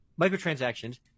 microtransactions